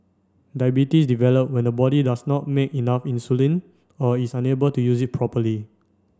diabetes develop when the body does not make enough insulin or is unable to use it properly